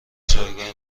جایگاه